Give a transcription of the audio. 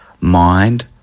Mind